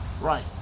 Right